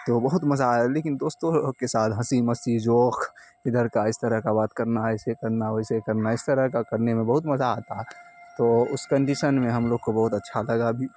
تو بہت مزہ آیا لیکن دوستوں کے ساتھ ہنسی مستی جوخ ادھر کا اس طرح کا بات کرنا ایسے کرنا ویسے کرنا اس طرح کا کرنے میں بہت مزہ آتا ہے تو اس کنڈیشن میں ہم لوگ کو بہت اچھا لگا بھی